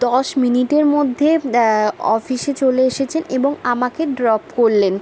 দশ মিনিটের মধ্যে অফিসে চলে এসেছেন এবং আমাকে ড্রপ করলেন